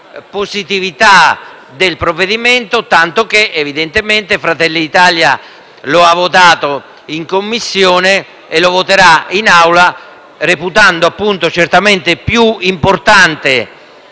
positività del provvedimento, tanto che Fratelli d'Italia lo ha votato in Commissione e lo voterà in Aula, reputando certamente più importante